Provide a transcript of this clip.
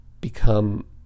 become